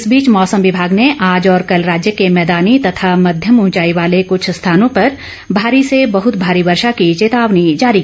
इस बीच मौसम विभाग ने आज और कल राज्य के मैदानी तथा मध्यम उंचाई वाले कुछ स्थानों पर भारी से बहुत भारी वर्षा की चेतावनी जारी की है